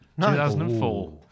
2004